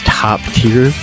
top-tier